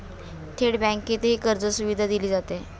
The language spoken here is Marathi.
थेट बँकेतही कर्जसुविधा दिली जाते